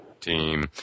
team